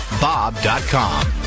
bob.com